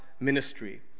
Ministry